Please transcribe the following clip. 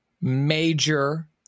major